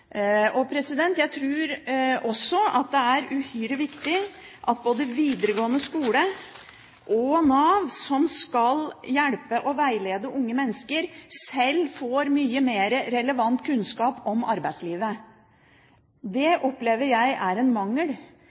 Jeg tror også at det er uhyre viktig at både videregående skole og Nav, som skal hjelpe og veilede unge mennesker, sjøl får mye mer relevant kunnskap om arbeidslivet. Det opplever jeg er en mangel.